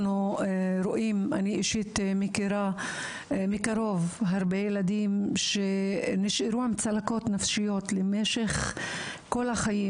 אני אישית מכירה מקרוב הרבה ילדים שנשארו עם צלקות נפשיות למשך כל החיים